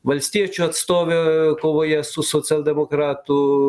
valstiečių atstovę kovoje su socialdemokratu